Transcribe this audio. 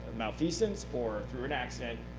malfeasance or through an accident,